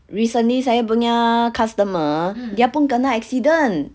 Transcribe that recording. recently saya punya customer dia pun kena accident